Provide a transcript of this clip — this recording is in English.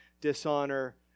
dishonor